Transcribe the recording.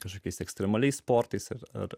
kažkokiais ekstremaliais sportais ar ar